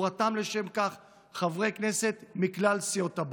הוא רתם לשם כך חברי כנסת מכלל סיעות הבית.